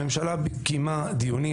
הממשלה קיימה דיונים,